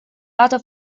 lato